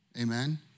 Amen